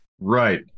Right